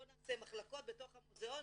בואו נעשה מחלקות בתוך המוזיאון,